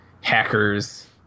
hackers